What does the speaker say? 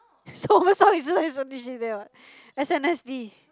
what s_n_s_d